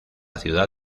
ciudad